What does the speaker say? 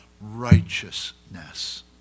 righteousness